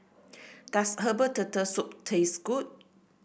does Herbal Turtle Soup taste good